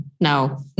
no